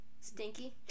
stinky